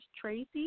Tracy